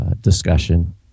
discussion